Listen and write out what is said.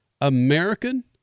American